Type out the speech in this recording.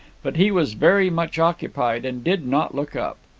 but he was very much occupied, and did not look up.